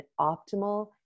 optimal